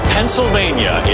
Pennsylvania